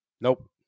Nope